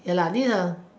ya lah this